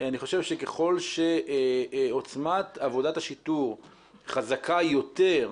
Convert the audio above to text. אני חושב שככל שעוצמת עבודת השיטור חזקה יותר,